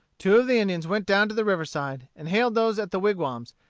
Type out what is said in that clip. two of the indians went down to the river-side, and hailed those at the wigwams,